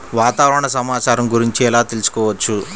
వాతావరణ సమాచారం గురించి ఎలా తెలుసుకోవచ్చు?